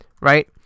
right